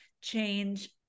Change